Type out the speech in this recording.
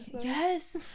Yes